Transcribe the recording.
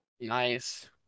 Nice